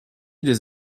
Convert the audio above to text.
des